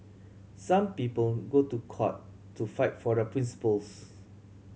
some people go to court to fight for their principles